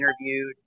interviewed